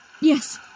Yes